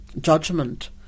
judgment